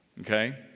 okay